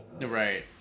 Right